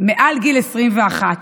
מעל גיל 21,